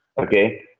Okay